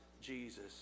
Jesus